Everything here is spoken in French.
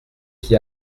qui